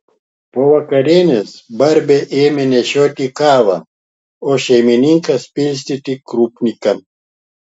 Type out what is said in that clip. po vakarienės barbė ėmė nešioti kavą o šeimininkas pilstyti krupniką